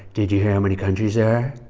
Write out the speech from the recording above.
did you hear how many countries there are?